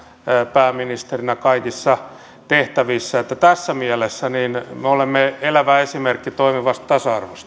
pääministerinä kaikissa tehtävissä tässä mielessä me me olemme elävä esimerkki toimivasta